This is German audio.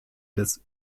des